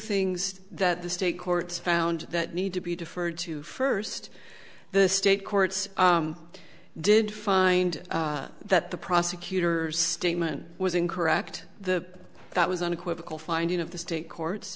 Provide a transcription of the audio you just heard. things that the state courts found that need to be deferred to first the state courts did find that the prosecutors statement was incorrect the that was unequivocal finding of the state court